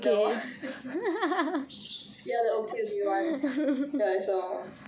the [one] the okay okay [one] ya I saw